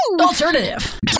Alternative